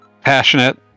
Passionate